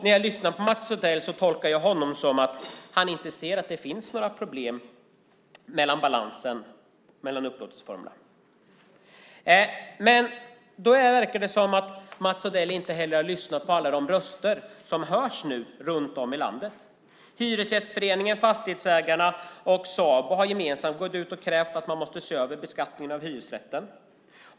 När jag lyssnar på Mats Odell tolkar jag honom som att han inte ser att det finns några problem med balansen mellan upplåtelseformerna. Det verkar som att Mats Odell inte heller har lyssnat på alla de röster som nu hörs runt om i landet. Hyresgästföreningen, Fastighetsägarna och SABO har gemensamt gått ut och krävt att man måste se över beskattningen av hyresrätten.